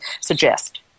suggest